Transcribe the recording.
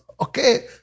Okay